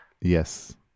yes